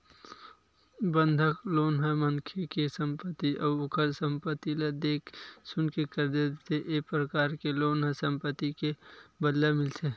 बंधक लोन ह मनखे के संपत्ति अउ ओखर संपत्ति ल देख सुनके करजा देथे ए परकार के लोन ह संपत्ति के बदला मिलथे